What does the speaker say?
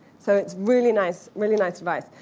so it's really nice really nice advice.